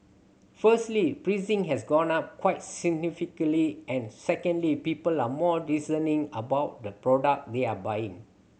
firstly pricing has gone up quite significantly and secondly people are more discerning about the product they are buying